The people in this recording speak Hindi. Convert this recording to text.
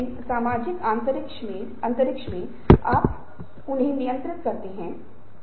लोग सवाल करेंगे कि आप बदलाव की शुरुआत करके क्या करने जा रहे हैं